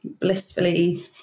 blissfully